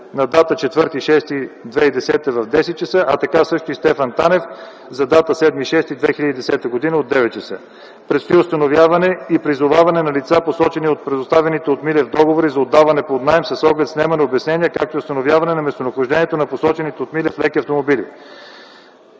на 4 юни 2010 г. в 10,00 ч., а също така и Стефан Танев за дата 7 юни 2010 г. от 9,00 ч. Предстои установяване и призоваване на лица, посочени от предоставените от Милев договори за отдаване под наем, с оглед снемане на обяснения, както и установяване на местонахождението на посочените от Милев леки автомобили.